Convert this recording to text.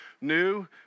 new